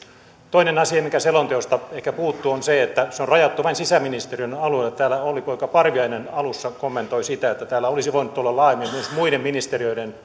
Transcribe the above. toinen asia mikä selonteosta ehkä puuttuu on se että se on rajattu vain sisäministeriön alueelle täällä olli poika parviainen alussa kommentoi sitä että tässä selonteossa olisi voinut olla laajemmin myös muiden ministeriöiden